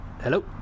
hello